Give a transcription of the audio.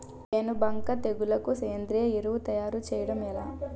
పేను బంక తెగులుకు సేంద్రీయ ఎరువు తయారు చేయడం ఎలా?